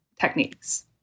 techniques